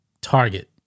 Target